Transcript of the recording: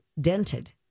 dented